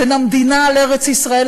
בין המדינה לארץ-ישראל,